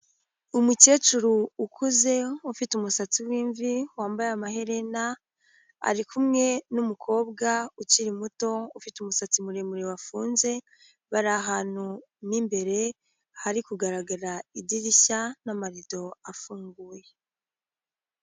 Umukecuru ukuze, ufite umusatsi w'imvi, wambaye amaherena, ari kumwe n'umukobwa ukiri muto, ufite umusatsi muremure wafunze, bari ahantu mo imbere, hari kugaragara idirishya n'amarido afunguye.